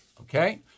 okay